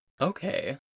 Okay